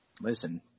Listen